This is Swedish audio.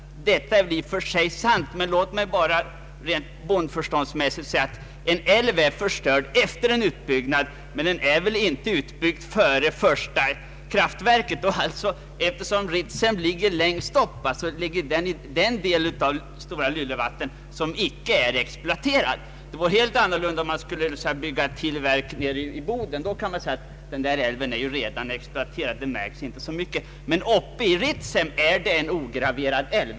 Detta är i och för sig sant, men låt mig bara rent bondförståndsmässigt framhålla att en älv är förstörd nedanför en utbyggnad, och den är väl inte utbyggd före översta kraftverket och regleringen. Eftersom Ritsem ligger längst upp är det beläget i den del av Stora Luleälv som inte är exploaterad. Det vore helt annorlunda om man skul: le bygga ännu ett kraftverk nere i Boden. Men uppe i Ritsem är det en ograverad älv.